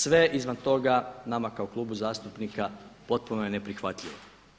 Sve izvan toga nama kao klubu zastupnika potpuno je neprihvatljivo.